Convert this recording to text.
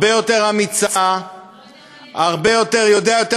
הרבה יותר אמיצה, הרבה יותר, אתה לא יודע מה יש.